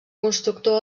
constructor